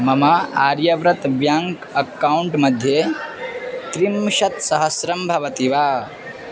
मम Aryavrat bank account मध्ये त्रिंशत्सहस्रं भवति वा